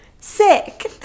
sick